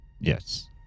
Yes